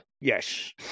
Yes